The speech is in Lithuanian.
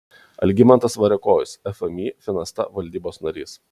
algimantas variakojis fmį finasta valdybos narys